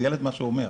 זה מה שהילד אומר.